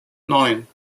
neun